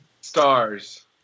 Stars